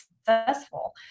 successful